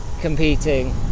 competing